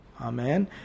Amen